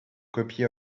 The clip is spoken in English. copy